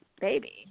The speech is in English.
baby